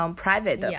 private